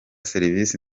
serivisi